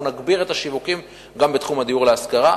אנחנו נגביר את השיווקים גם בתחום הדיור להשכרה.